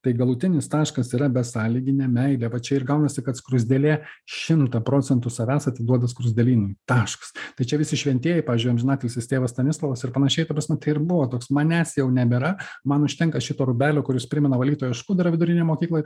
tai galutinis taškas yra besąlyginė meilė va čia ir gaunasi kad skruzdėlė šimtą procentų savęs atiduoda skruzdėlynui taškas tai čia visi šventieji pavyzdžiui amžinatilsis tėvas stanislovas ir panašiai ta prasme tai ir buvo toks manęs jau nebėra man užtenka šito rūbelio kuris primena valytojos skudurą vidurinėj mokykloj